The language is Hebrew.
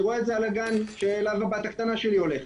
אני רואה את זה על הגן שאליו הבת הקטנה שלי הולכת.